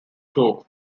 tour